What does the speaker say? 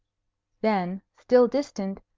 then, still distant,